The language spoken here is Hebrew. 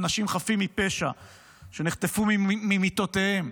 אנשים חפים מפשע שנחטפו ממיטותיהם,